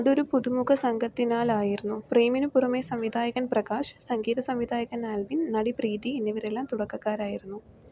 അതൊരു പുതുമുഖസംഘത്തിനാലായിരുന്നു പ്രേമിനുപുറമെ സംവിധായകൻ പ്രകാശ് സംഗീതസംവിധായകൻ ആൽവിൻ നടി പ്രീതി എന്നിവരെല്ലാം തുടക്കക്കാരായിരുന്നു